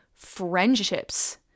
friendships